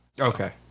okay